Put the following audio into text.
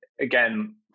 again